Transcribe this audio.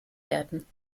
werden